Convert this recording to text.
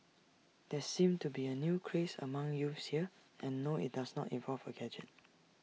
there seems to be A new craze among youths here and no IT does not involve A gadget